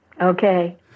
Okay